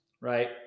right